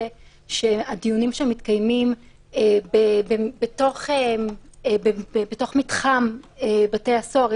שהדיונים שם מתקיימים בתוך מתחם בתי הסוהר,